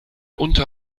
unter